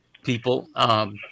People